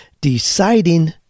deciding